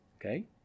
Okay